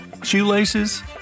Shoelaces